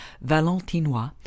valentinois